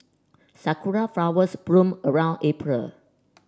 sakura flowers bloom around April